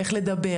איך לדבר?